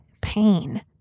pain